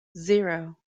zero